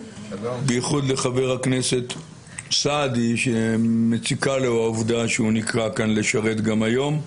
בייחוד לחבר הכנסת סעדי שמציקה לו העובדה שהוא נקרא כאן לשרת גם היום,